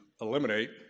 eliminate